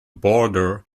border